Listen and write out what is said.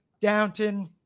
Downton